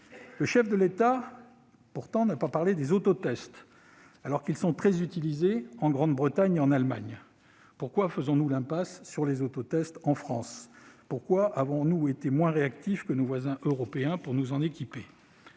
Le chef de l'État n'a pas parlé des autotests, alors qu'ils sont très utilisés en Grande-Bretagne et en Allemagne. Pourquoi faisons-nous l'impasse en France ? Pourquoi avons-nous été moins réactifs que nos voisins européens pour nous en équiper ?